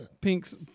Pink's